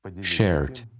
shared